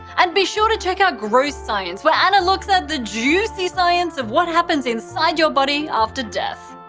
and be sure to check out gross science, where anna looks at the juicy science of what happens inside your body after death.